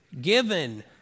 Given